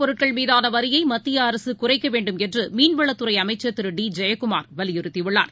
பொருட்கள் மீதாளவரியைமத்தியஅரசுகுறைக்கவேண்டுமென்றுமீன்வளத்துறைஅமைச்சர் திரு டி ஜெயகுமார் வலியுறுத்தியுள்ளார்